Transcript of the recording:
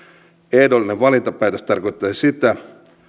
ehdollinen valintapäätös tarkoittaisi sitä